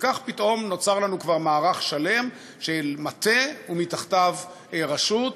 וכך פתאום נוצר לנו כבר מערך שלם של מטה ומתחתיו רשות,